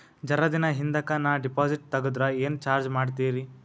ಜರ ದಿನ ಹಿಂದಕ ನಾ ಡಿಪಾಜಿಟ್ ತಗದ್ರ ಏನ ಚಾರ್ಜ ಮಾಡ್ತೀರಿ?